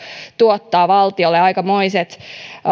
tuottaa valtiolle